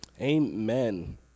Amen